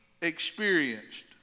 experienced